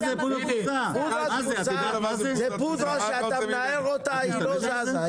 דחוסה היא פודרה שכשאתה מנער אותה היא לא זזה.